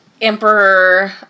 Emperor